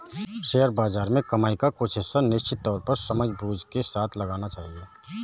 share बाज़ार में कमाई का कुछ हिस्सा निश्चित तौर पर समझबूझ के साथ लगाना चहिये